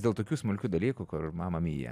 dėl tokių smulkių dalykų kur mama mia